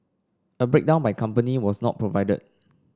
a breakdown by company was not provided